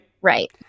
Right